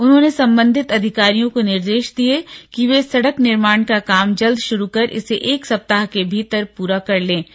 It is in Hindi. उन्होंने सम्बन्धित अधिकारियों को निर्देश दिये कि वे सड़क निर्माण का काम जल्द भारू कर इसे एक सप्ताह के भीतर पूरा कर लिया जाए